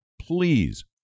please